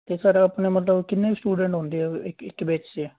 ਅਤੇ ਸਰ ਆਪਣੇ ਮਤਲਬ ਕਿੰਨੇ ਸਟੂਡੈਂਟ ਹੁੰਦੇ ਆ ਇੱਕ ਇੱਕ ਬੈਚ 'ਚ